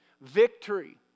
Victory